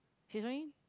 she's only